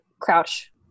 crouch